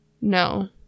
No